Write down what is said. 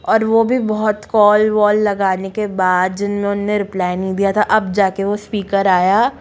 और वो भी बहुत कॉल वॉल लगाने के बाद जिन्होंने रिपलाई नहीं दिया था अब जाके वो स्पीकर आया